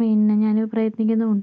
പിന്നെ ഞാന് പ്രയത്നിക്കുന്നും ഉണ്ട്